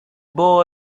boy